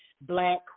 black